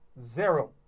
Zero